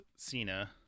Cena